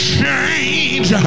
Change